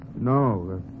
No